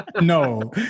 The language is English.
No